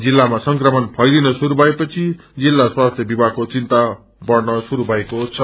जिल्लमा संक्रमण फैलिन श्रुरू भएपदि जिल्ला स्वास्थ्य विभागको चिन्ता बढ़न शुय भएको छ